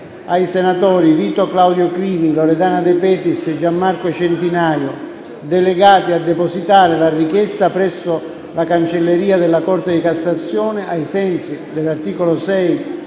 ai senatori Vito Claudio Crimi, Loredana De Petris e Gian Marco Centinaio, delegati a depositare la richiesta presso la cancelleria della Corte di cassazione, ai sensi dell'articolo 6,